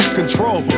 control